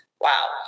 Wow